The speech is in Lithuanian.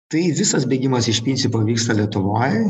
tai visas bėgimas iš principo vyksta lietuvoj